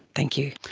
thank you.